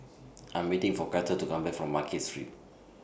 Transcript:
I'm waiting For Cato to Come Back from Market Street